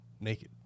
naked